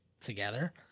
together